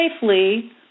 safely